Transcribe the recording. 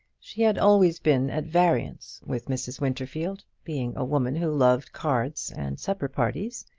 she had always been at variance with mrs. winterfield, being a woman who loved cards and supper parties,